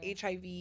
HIV